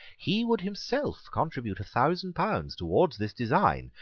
he would himself contribute a thousand pounds towards this design,